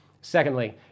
Secondly